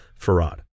Farad